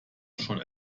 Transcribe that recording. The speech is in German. schon